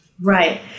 Right